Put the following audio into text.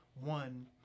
one